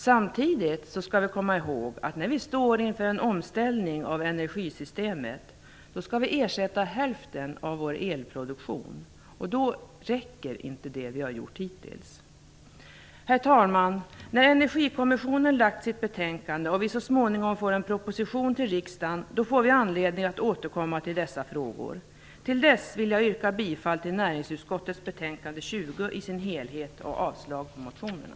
Samtidigt skall vi komma ihåg att när vi står inför en omställning av energisystemet skall vi ersätta hälften av vår elproduktion, och då räcker inte det som hittills har gjorts. Herr talman! När Energikommissionen har lagt fram sitt betänkande och vi så småningom får en proposition till riksdagen, då får vi anledning att återkomma till dessa frågor. Till dess vill jag yrka bifall till hemställan i näringsutskottets betänkande 20 i dess helhet och avslag på motionerna.